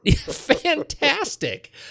fantastic